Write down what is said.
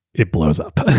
it blows up.